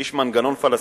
איש המנגנון הפלסטיני,